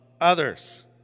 others